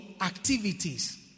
activities